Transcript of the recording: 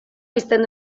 pizten